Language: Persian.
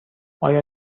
آیا